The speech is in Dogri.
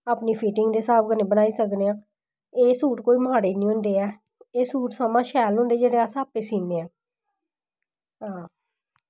अपनी फिटिंग दे स्हाब कन्नै बनाई सकने आं एह् सूट कोई माड़े निं होंदे ऐ एह् सूट सगोआं शैल होंदे न जेह्ड़े अस आपै सीन्ने आं हां